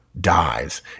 dies